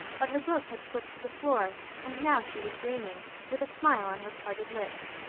but her book had slipped to the floor, and now she was dreaming, with a smile on her parted lips.